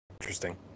Interesting